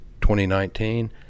2019